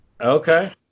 Okay